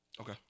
Okay